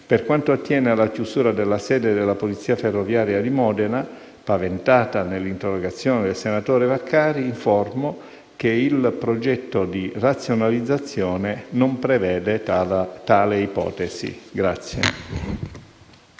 per quanto attiene alla chiusura della sede della Polizia ferroviaria di Modena, paventata nell'interrogazione del senatore Vaccari, informo che il progetto di razionalizzazione non prevede tale ipotesi.